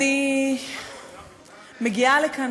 אני מגיעה לכאן,